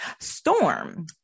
storm